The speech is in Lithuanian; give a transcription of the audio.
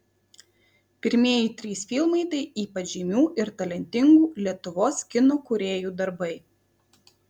pirmieji trys filmai tai ypač žymių ir talentingų lietuvos kino kūrėjų darbai